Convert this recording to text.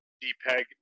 D-PEG